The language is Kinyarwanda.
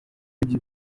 ibyo